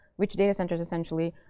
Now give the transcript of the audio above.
which datacenters essentially,